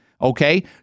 Okay